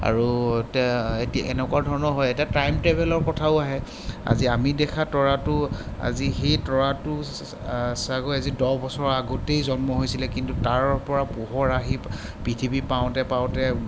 আৰু তেওঁ এতিয়া এনেকুৱা ধৰণৰ হয় এটা টাইম ট্ৰেভেলৰ কথাও আহে আজি আমি দেখা তৰাটো আজি সেই তৰাটো চাগৈ আজি দহ বছৰ আগতেই জন্ম হৈছিলে কিন্তু তাৰপৰা পোহৰ আহি পৃথিৱী পাওঁতে পাওঁতে